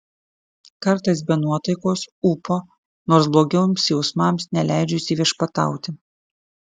kartais be nuotaikos ūpo nors blogiems jausmams neleidžiu įsiviešpatauti